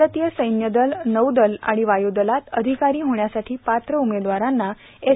भारतीय सैन्यदल नौदल आणि वायूदलात अधिकारी होण्यासाठी पात्र उमेदवांराना एस